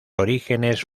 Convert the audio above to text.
orígenes